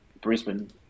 Brisbane